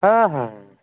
ᱦᱮᱸ ᱦᱮᱸ ᱦᱮᱸ